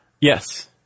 Yes